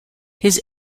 his